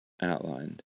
outlined